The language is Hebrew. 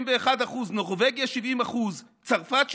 71%; נורבגיה,70%; צרפת,